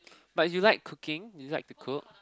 but you like cooking you like to cook